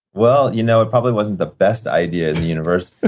well, you know, it probably wasn't the best idea in the universe.